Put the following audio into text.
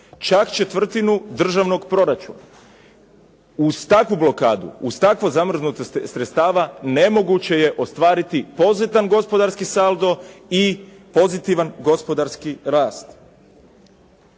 čak četvrtinu državnog proračuna, uz takvu blokadu uz tako zamrznuta sredstava nemoguće je ostvariti pozitivan gospodarski saldo i pozitivan gospodarski rast.